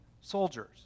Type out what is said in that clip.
soldiers